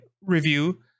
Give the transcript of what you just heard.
review